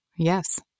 Yes